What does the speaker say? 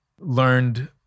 learned